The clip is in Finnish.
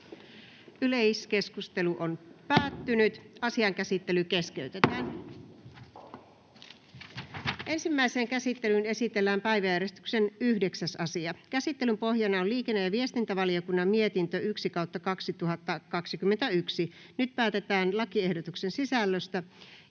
annetun lain muuttamisesta Time: N/A Content: Ensimmäiseen käsittelyyn esitellään päiväjärjestyksen 9. asia. Käsittelyn pohjana on liikenne- ja viestintävaliokunnan mietintö LiVM 1/2021 vp. Nyt päätetään lakiehdotuksen sisällöstä.